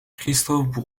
christophe